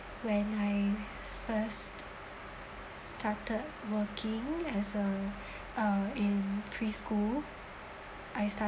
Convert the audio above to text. when I first started working as a uh in pre-school I started